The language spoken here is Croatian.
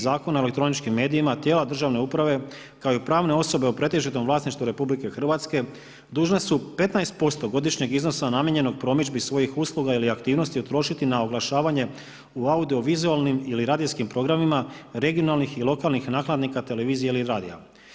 Zakona o elektroničkim medijima tijela državne uprave kao i pravne osobe u pretežitom vlasništvu RH dužna su 15% godišnjeg iznosa namijenjenog promidžbi svojih usluga ili aktivnosti utrošiti na oglašavanje u audio vizualnim ili radijskim programima regionalnih i lokalnih nakladnika televizije ili radija.